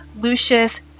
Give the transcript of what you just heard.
Lucius